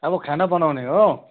अब खाना बनाउने हो